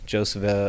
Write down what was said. Joseph